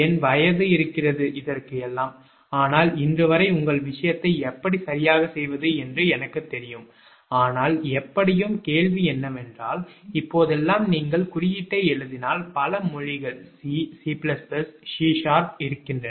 என் வயது இருக்கிறது ஆனால் இன்றுவரை உங்கள் விஷயத்தை எப்படி சரியாக செய்வது என்று எனக்குத் தெரியும் ஆனால் எப்படியும் கேள்வி என்னவென்றால் இப்போதெல்லாம் நீங்கள் குறியீட்டை எழுதினால் பல மொழிகள் c c plus plus c sharp இருக்கின்றன